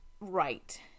right